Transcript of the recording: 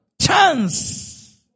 chance